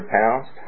pounds